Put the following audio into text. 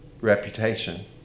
reputation